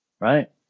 right